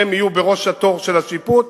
והם יהיו בראש התור של השיפוט.